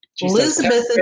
Elizabeth